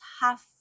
half